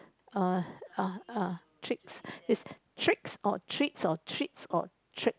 uh treats it's treats or treats or treats or treat